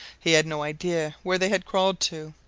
he had no idea where they had crawled to.